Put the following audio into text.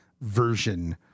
version